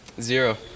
Zero